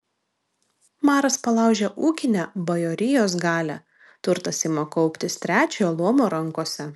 maras palaužia ūkinę bajorijos galią turtas ima kauptis trečiojo luomo rankose